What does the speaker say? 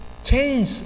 change